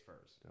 first